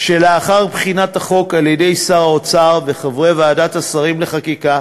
שלאחר בחינת החוק על-ידי שר האוצר וחברי ועדת השרים לחקיקה,